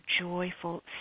joyful